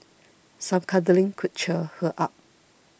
some cuddling could cheer her up